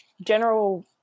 general